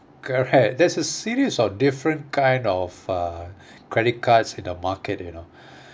correct there's a series of different kind of uh credit cards in the market you know